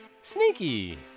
Sneaky